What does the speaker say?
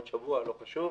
עוד שבוע, לא חשוב.